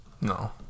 No